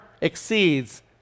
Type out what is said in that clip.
exceeds